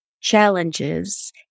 challenges